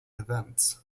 events